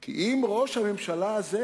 כי אם ראש הממשלה הזה